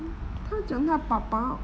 她讲她爸爸